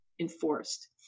enforced